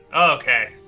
Okay